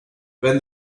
when